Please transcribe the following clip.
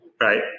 Right